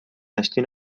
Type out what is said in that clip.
نشتی